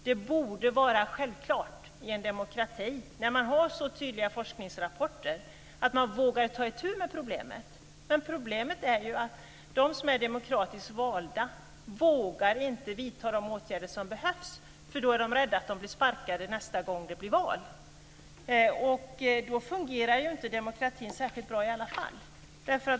Det borde vara självklart i en demokrati, när det finns så tydliga forskningsrapporter, att man vågar ta itu med problemet. Men de som är demokratiskt valda vågar inte vidta de åtgärder som behövs, för de är rädda för att bli sparkade nästa gång det är val. Då fungerar ju inte demokratin särskilt bra i alla fall.